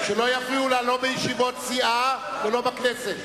לא בישיבות סיעה ולא בכנסת.